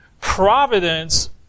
providence